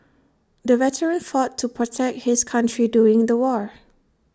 the veteran fought to protect his country during the war